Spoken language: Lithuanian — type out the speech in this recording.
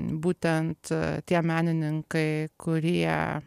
būtent tie menininkai kurie